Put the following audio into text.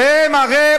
ירושלים,